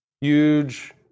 Huge